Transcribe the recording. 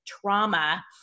trauma